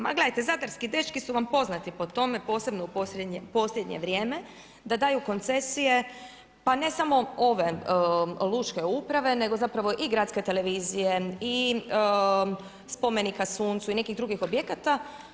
Ma gledajte, zadarski dečki su vam poznati po tome, posebno u posljednje vrijeme, da daju koncesije pa ne samo ove lučke uprave, nego zapravo i gradske televizije i spomenika suncu i nekih drugih objekata.